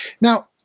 Now